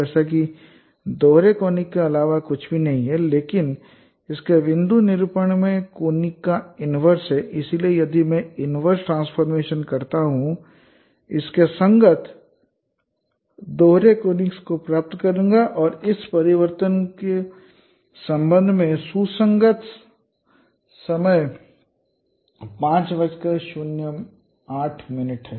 जैसा कि दोहरे कोनिक के अलावा कुछ भी नहीं है लेकिन इसके बिंदु निरूपण में कोनिक का इनवर्स है इसलिए यदि मैं इनवर्स ट्रांसफॉर्मेशन करता हूं मैं इसके संगत दोहरे कोनिक्स को प्राप्त करूंगा और इस परिवर्तन के संबंध में सुसंगत संदर्भ समय 0508 है